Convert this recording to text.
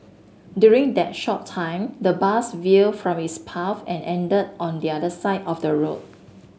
during that short time the bus will from its path and ended on the other side of the road